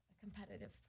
Competitive